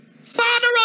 Father